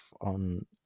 on